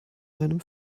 einem